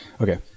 Okay